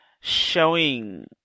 showing